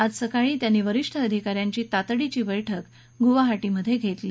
आज सकाळी त्यांनी वरीष्ठ अधिका यांची तातडीची बैठक गुवाहाटीमध्ये घेतली